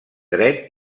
dret